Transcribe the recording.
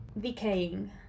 decaying